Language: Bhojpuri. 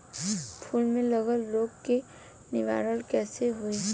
फूल में लागल रोग के निवारण कैसे होयी?